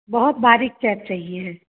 बहुत बारीक चेक चहिए है